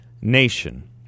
nation